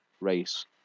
race